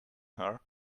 her